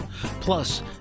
plus